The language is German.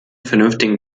vernünftigen